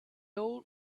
old